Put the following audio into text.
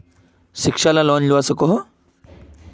शिक्षा ला लोन लुबा सकोहो?